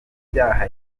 ibyaha